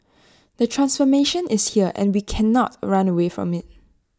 the transformation is here and we cannot run away from IT